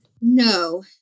No